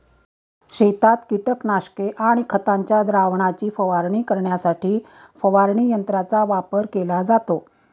शेतात कीटकनाशके आणि खतांच्या द्रावणाची फवारणी करण्यासाठी फवारणी यंत्रांचा वापर केला जातो